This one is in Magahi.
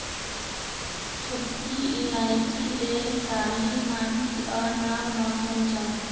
छोटकि इलाइचि लेल कारी माटि आ नम मौसम चाहि